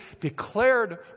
declared